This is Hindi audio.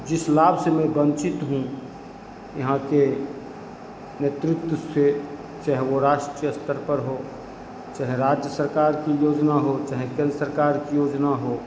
जिस लाभ से मैं वंचित हूँ यहाँ के नेतृत्व से चाहे वह राष्ट्रीय स्तर पर हो चाहे राज्य सरकार की योजना हो चाहे केंद्र सरकार की योजना हो